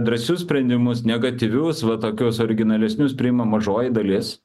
drąsius sprendimus negatyvius va tokius originalesnius priima mažoji dalis